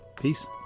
Peace